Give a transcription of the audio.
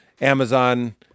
Amazon